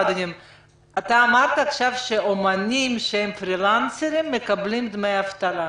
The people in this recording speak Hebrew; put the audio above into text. אמרת עכשיו שאומנים שהם פרילנסרים מקבלים דמי אבטלה.